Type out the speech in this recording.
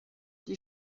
die